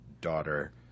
daughter